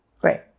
Great